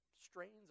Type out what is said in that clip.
strains